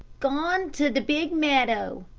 gone to de big meadow,